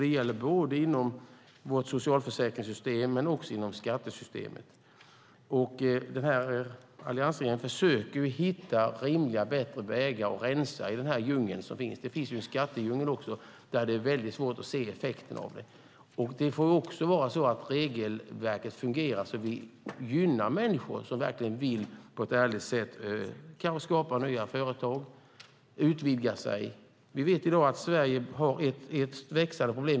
Det gäller både inom vårt socialförsäkringssystem och inom skattesystemet. Alliansregeringen försöker hitta rimliga och bättre vägar och rensa i denna djungel. Det finns en skattedjungel där det är svårt att se effekterna. Regelverket måste fungera så att vi gynnar människor som på ett ärligt sätt vill skapa nya företag och utvidga företag. Vi vet att Sverige har ett växande problem.